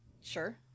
sure